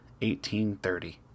1830